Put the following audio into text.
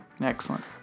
Excellent